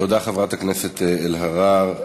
תודה, חברת הכנסת אלהרר.